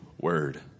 word